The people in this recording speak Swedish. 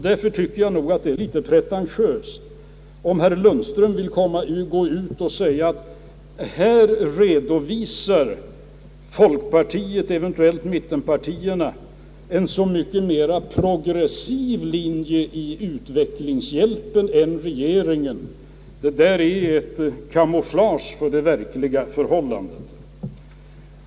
Därför tycker jag att det är något pretentiöst om herr Lundström vill gå ut och säga att folkpartiet, eventuellt mittenpartierna, här redovisar en så mycket mera progressiv linje när det gäller utvecklingshjälpen än regeringen. Detta är ett kamouflage för det verkliga förhållandet.